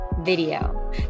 video